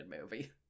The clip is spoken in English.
movie